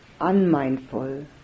unmindful